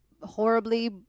horribly